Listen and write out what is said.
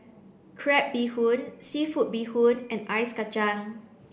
crab bee hoon seafood bee hoon and ice kacang